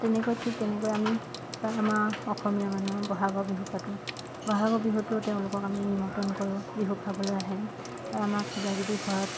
তেনেকৈ ঠিক তেনেকৈ আমি আমাৰ অসমীয়া মানুহ বহাগৰ বিহু পাতোঁ বহাগৰ বিহুতো তেওঁলোকক আমি নিমন্ত্ৰণ কৰোঁ বিহু খাবলৈ আহে বা আমাক কিবাকিবি ঘৰত